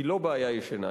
היא לא בעיה ישנה,